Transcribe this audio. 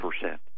percent